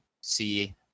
see